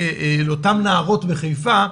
לאותן נערות מחיפה.